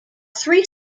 three